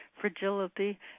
fragility